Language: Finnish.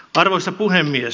arvoisa puhemies